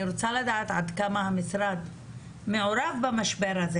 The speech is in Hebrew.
אני רוצה לדעת עד כמה המשרד מעורב במשבר הזה